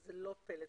זה לא פלט,